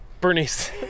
Bernice